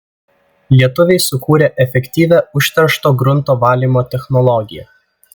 lietuviai sukūrė efektyvią užteršto grunto valymo technologiją